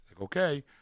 Okay